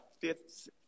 fifth